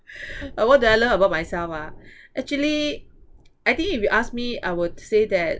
uh what do I love about myself ah actually I think if you ask me I would say that